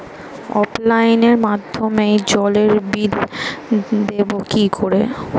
অফলাইনে মাধ্যমেই জলের বিল দেবো কি করে?